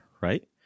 right